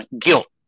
guilt